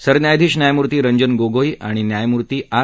सरन्यायाधीश न्यायमूर्ती रंजन गोगोई आणि न्यायमूर्ती आर